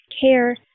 care